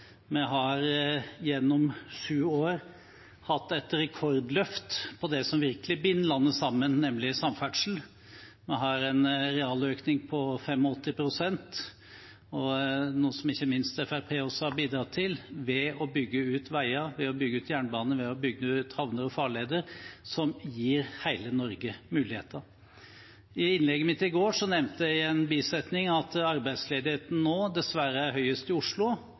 Vi har gjennom sju år hatt et rekordløft på det som virkelig binder landet sammen, nemlig samferdsel. Vi har en realøkning på 85 pst., noe som ikke minst også Fremskrittspartiet har bidratt til, ved å bygge ut veier, ved å bygge ut jernbane, ved å bygge ut havner og farleder, som gir hele Norge muligheter. I innlegget mitt i går nevnte jeg i en bisetning at arbeidsledigheten nå dessverre er høyest i Oslo